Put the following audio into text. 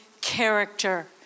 character